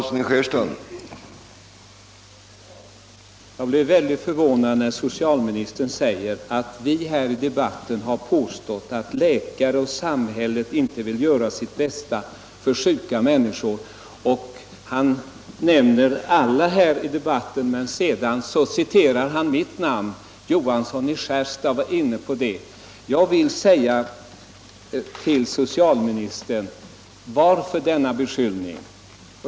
Herr talman! Jag blev väldigt förvånad när socialministern sade att vi här i debatten har påstått att läkare och samhället inte vill göra sitt bästa för sjuka människor. Han nämner alla här i debatten men sedan framhåller han mitt namn och säger att jag var inne på detta. Jag vill säga till socialministern: Varför denna beskyllning?